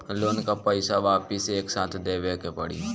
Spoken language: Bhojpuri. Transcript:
लोन का पईसा वापिस एक साथ देबेके पड़ी?